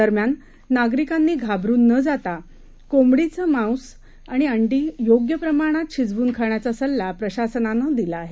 दरम्यान नागरिकांनीघाबरूननजाताकोंबडीचंमांसआणिअंडीयोग्यप्रमाणातशिजवूनखाण्याचासल्लाप्रशासनानंदिलाआहे